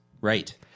Right